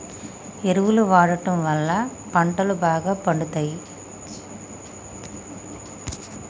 ఎరువు వాడడం వళ్ళ పంటలు బాగా పండుతయి